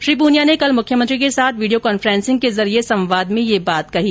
श्री प्रनिया ने कल मुख्यमंत्री के साथ वीडियो कॉफ्रेंन्सिंग के जरिए संवाद में यह बात कही